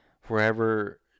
forever